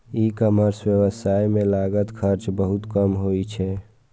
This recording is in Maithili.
ई कॉमर्स व्यवसाय मे लागत खर्च बहुत कम होइ छै